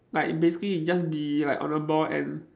like basically you just be like on a boat and